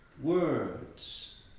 Words